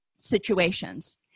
situations